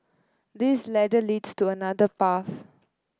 this ladder leads to another path